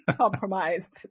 compromised